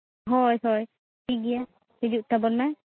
ᱦᱳᱭ ᱦᱳᱭ ᱴᱷᱤᱠ ᱜᱮᱭᱟ ᱦᱤᱡᱩᱜ ᱛᱟᱵᱚᱱ ᱢᱮ